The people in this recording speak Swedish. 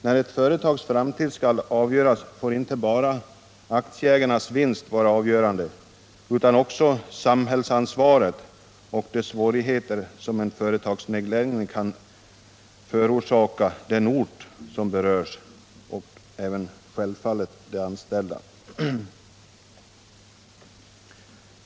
När ett företags framtid skall avgöras får inte bara aktieägarnas vinst tillmätas betydelse utan också samhällsansvaret liksom de svårigheter en företagsnedläggning kan förorsaka den ort — och självfallet de anställda — som berörs.